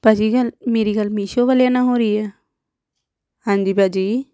ਭਾਅ ਜੀ ਗੱਲ ਮੇਰੀ ਗੱਲ ਮੀਸ਼ੋ ਵਾਲਿਆਂ ਨਾਲ ਹੋ ਰਹੀ ਹੈ ਹਾਂਜੀ ਭਾਅ ਜੀ